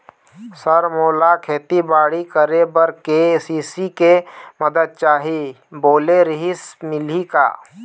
Sir मोला खेतीबाड़ी करेबर के.सी.सी के मंदत चाही बोले रीहिस मिलही का?